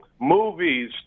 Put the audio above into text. movies